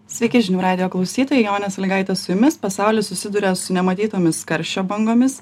sveiki žinių radijo klausytojai jonė sąlygaitė su jumis pasaulis susiduria su nematytomis karščio bangomis